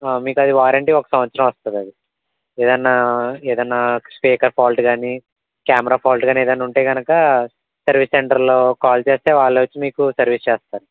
మీకు అది వారెంటీ ఒక సంవత్సరం వస్తుందది ఏదైనా ఏదైనా స్పీకర్ ఫాల్ట్ కాని కేమరా ఫాల్ట్ కాని ఏదైనా ఉంటే కనుక సర్వీస్ సెంటర్లో కాల్ చేస్తే వాళ్ళే వచ్చి మీకు సర్వీస్ చేస్తారు